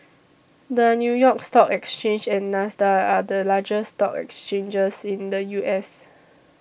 the New York Stock Exchange and NASDAQ are the largest stock exchanges in the U S